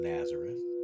Nazareth